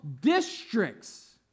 districts